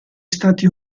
stati